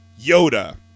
Yoda